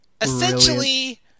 essentially